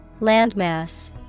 Landmass